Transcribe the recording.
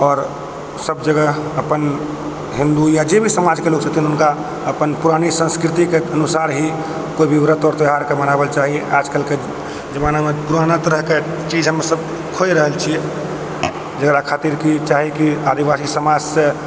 आओर सब जगह अप्पन हिन्दू या जे भी समाज के लोग छथिन हुनका अपन पुरानी संस्कृति के अनुसार ही कोइ भी व्रत और त्यौहार के मनेवाक चाही आजकल के जमाना मे पुराना तरह के चीज हमसब खोजि रहल छियै जेकरा खातिर की चाही की आदिवासी समाज सँ